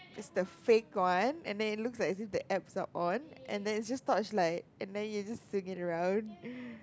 is the fake one and then it looks like as if the apps are on and there is this torchlight and then you just swing it around